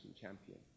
champion